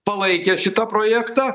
palaikė šitą projektą